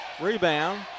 Rebound